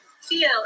feel